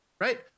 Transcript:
right